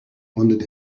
wondered